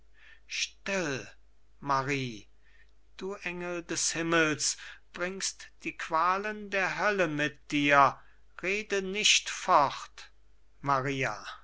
still marie du engel des himmels bringst die qualen der hölle mit dir rede nicht fort maria